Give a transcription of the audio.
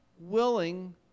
willing